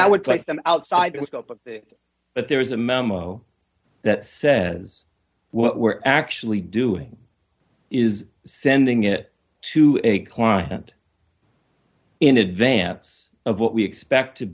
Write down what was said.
that would place them outside the scope but there is a memo that says what we're actually doing is sending it to a client in advance of what we expect to